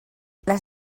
les